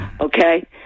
Okay